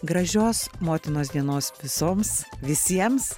gražios motinos dienos visoms visiems